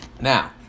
Now